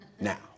now